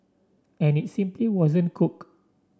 and it simply wasn't cooked